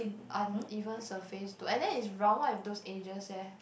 uneven surface though and then is round one with those edges eh